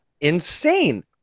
insane